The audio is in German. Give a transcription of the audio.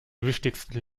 wichtigsten